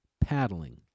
paddling